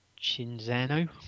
Chinzano